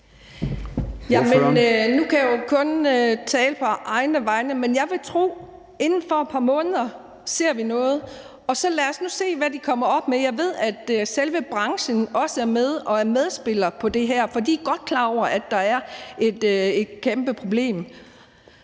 Nu kan jeg jo kun tale på egne vegne, men jeg vil tro, at vi ser noget inden for et par måneder; så lad os nu se, hvad de kommer op med. Jeg ved, at selve branchen også er med og er medspiller på det her, for de er godt klar over, at der er et kæmpe problem.